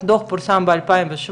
הדוח פורסם ב-2017,